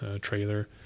trailer